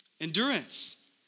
Endurance